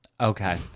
Okay